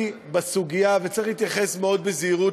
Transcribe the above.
מצד אחר,